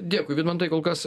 dėkui vidmantai kol kas